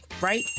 right